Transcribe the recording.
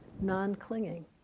non-clinging